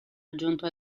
aggiunto